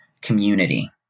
community